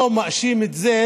לא מאשים את זה